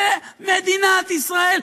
במדינת ישראל,